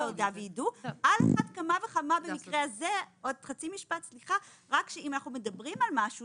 ההודעה וידעו ועל אחת כמה וכמה במקרה הזה אם אנחנו מדברים על משהו